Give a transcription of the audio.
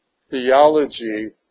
theology